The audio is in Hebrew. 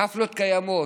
החפלות קיימות.